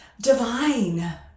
Divine